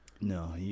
No